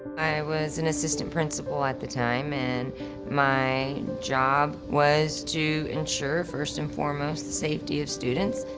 i was an assistant principal at the time and my job was to ensure, first and foremost, the safety of students.